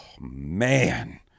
man